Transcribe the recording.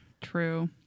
True